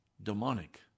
Demonic